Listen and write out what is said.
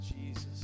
Jesus